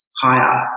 Higher